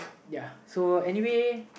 ya so anyway